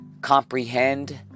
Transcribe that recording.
comprehend